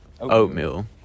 oatmeal